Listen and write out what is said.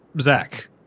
Zach